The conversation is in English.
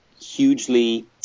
hugely